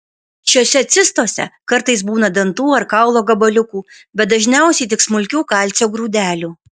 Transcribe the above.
šiose cistose kartais būna dantų ar kaulo gabaliukų bet dažniausiai tik smulkių kalcio grūdelių